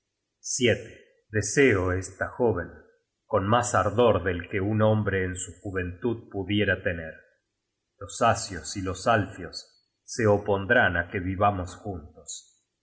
at deseo esta joven con mas ardor del que un hombre en su juventud pudiera tener los asios y los alfios se opondrán á que vivamos juntos